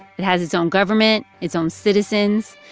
it has its own government, its own citizens,